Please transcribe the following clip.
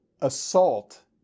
assault